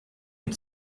had